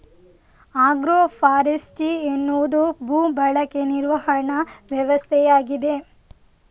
agro forestry ಎನ್ನುವುದು ಭೂ ಬಳಕೆ ನಿರ್ವಹಣಾ ವ್ಯವಸ್ಥೆಯಾಗಿದೆ